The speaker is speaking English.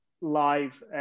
live